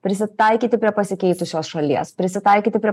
prisitaikyti prie pasikeitusios šalies prisitaikyti prie